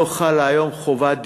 לא חלה היום חובת דיווח,